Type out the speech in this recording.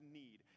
need